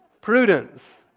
Prudence